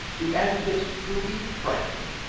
the aggregate will be frightful.